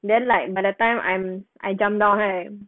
then like by the time I'm I jump down right